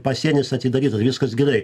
pasienis atidaryta viskas gerai